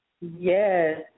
Yes